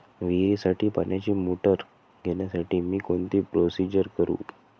विहिरीसाठी पाण्याची मोटर घेण्यासाठी मी कोणती प्रोसिजर करु?